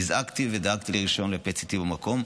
נזעקתי ודאגתי לרישיון ל-PET-CT במקום,